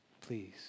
please